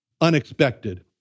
Unexpected